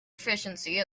efficiency